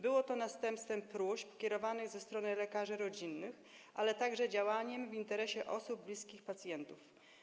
Było to następstwem próśb kierowanych ze strony lekarzy rodzinnych, ale także działania w interesie osób bliskich pacjentów.